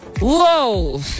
Whoa